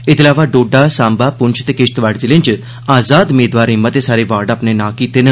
एह्दे अलावा डोडा साम्बा पुछ ते किश्तवाड़ जिलें च आजाद मेदवारें मते सारे वार्ड अपने नांऽ कीते न